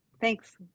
Thanks